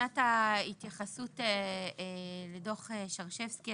מבחינת ההתייחסות לדוח שרשבסקי,